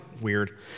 Weird